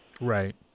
Right